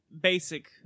basic